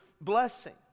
blessing